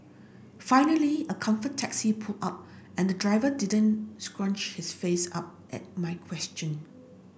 finally a Comfort taxi pulled up and the driver didn't scrunch his face up at my question